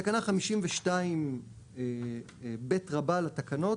תקנה 52(ב) רבה לתקנות,